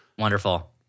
Wonderful